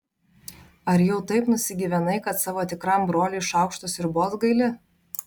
ar jau taip nusigyvenai kad savo tikram broliui šaukšto sriubos gaili